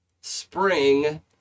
spring